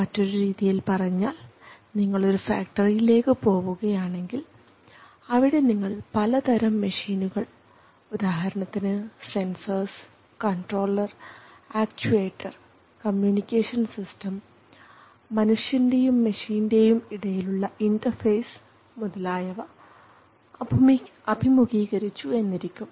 മറ്റൊരു രീതിയിൽ പറഞ്ഞാൽ നിങ്ങളൊരു ഫാക്ടറിയിലേക്ക് പോവുകയാണെങ്കിൽ അവിടെ നിങ്ങൾ പലതരം മെഷീനുകൾ ഉദാഹരണത്തിന് sensors controller actuator communication system മനുഷ്യൻറെയും മെഷീൻറെയും ഇടയിലുള്ള ഇൻറർഫേസ് മുതലായവ അഭിമുഖീകരിച്ചു എന്നിരിക്കും